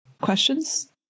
questions